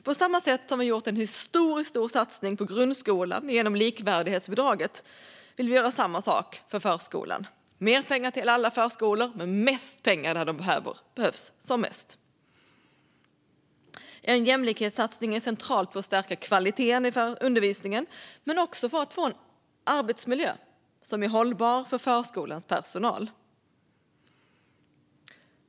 På samma sätt som vi har gjort en historiskt stor satsning på grundskolan genom likvärdighetsbidraget vill vi göra samma sak för förskolan, det vill säga ge mer pengar till alla förskolor men mest pengar till de förskolor som behöver det som mest. En jämlikhetssatsning är central för att stärka kvaliteten i undervisningen men också för att få en arbetsmiljö som är hållbar för förskolans personal.